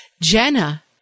Jenna